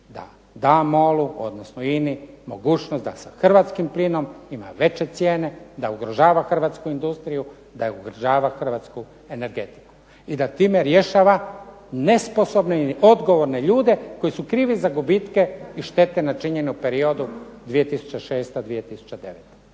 da da MOL-u, odnosno INA-i mogućnost da sa hrvatskim plinom ima veće cijene, da ugrožava hrvatsku industriju, da ugrožava hrvatsku energetiku, i da time rješava nesposobne i odgovorne ljude koji su krivi za gubitke i štete načinjene u periodu 2006.-2009.